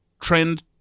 trend